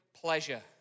pleasure